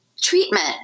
treatment